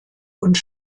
und